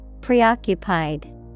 Preoccupied